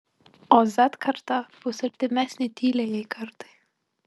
o z karta bus artimesnė tyliajai kartai